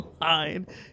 line